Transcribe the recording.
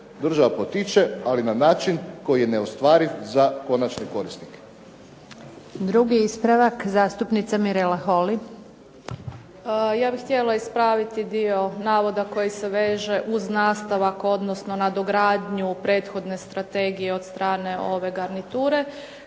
država potiče, potiče ali na način koji je neostvariv za konačne korisnike. **Antunović, Željka (SDP)** Drugi ispravak zastupnica MIrela Holy. **Holy, Mirela (SDP)** Ja bih htjela ispraviti dio navoda koji se veže uz nastavak odnosno nadogradnju prethodne strategije od strane ove garniture,